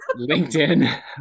LinkedIn